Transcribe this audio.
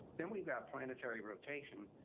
then we've got planetary rotation.